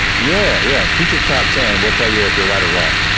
yeah yeah, tweet your top ten, well tell you if you're right or wrong.